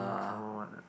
some more what ah